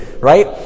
right